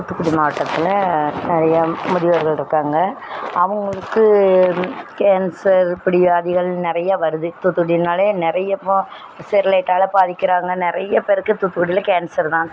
தூத்துக்குடி மாவட்டத்தில் நிறையா முதியோர்களிருக்காங்க அவர்களுக்கு கேன்சர் இப்படி வியாதிகள் நிறையா வருது தூத்துக்குடின்னாலேயே நிறைய இப்போது செர்லைட்டாவில் பாதிக்கிறாங்க நிறைய பேருக்கு தூத்துக்குடியில் கேன்சர் தான்